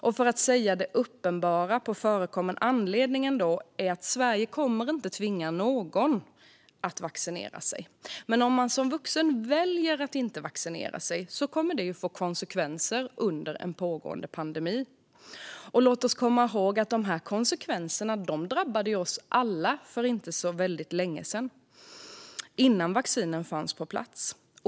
Och för att säga det uppenbara, på förekommen anledning: Sverige kommer inte att tvinga någon att vaccinera sig. Men om man som vuxen väljer att inte vaccinera sig kommer det att få konsekvenser under en pågående pandemi. Låt oss komma ihåg att dessa konsekvenser ju drabbade oss alla för inte så länge sedan, innan vaccinen fanns på plats.